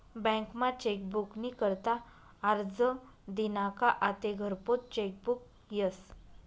बँकमा चेकबुक नी करता आरजं दिना का आते घरपोच चेकबुक यस